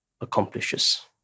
accomplishes